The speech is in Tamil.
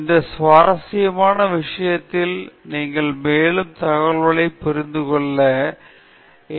இந்த சுவாரஸ்யமான விஷயத்தில் நீங்கள் மேலும் தகவல்களை புரிந்துகொள்ள என்